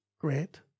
great